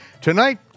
Tonight